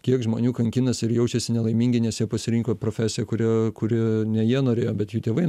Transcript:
kiek žmonių kankinasi ir jaučiasi nelaimingi nes jie pasirinko profesiją kurio kuri ne jie norėjo bet jų tėvai